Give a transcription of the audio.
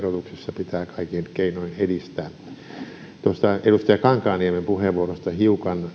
pitää kaikin keinoin edistää edustaja kankaanniemen puheenvuorosta hiukan